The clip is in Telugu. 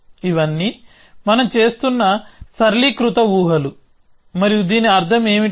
ఇవన్నీ మనం చేస్తున్న సరళీకృత ఊహలు మరియు దీని అర్థం ఏమిటి